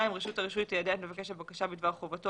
רשות הרישוי תיידע את מבקש הבקשה בדבר חובתו